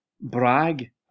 brag